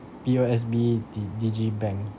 P_O_S_B di~ digibank